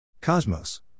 Cosmos